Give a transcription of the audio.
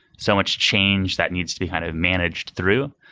so much change that needs to be kind of managed through,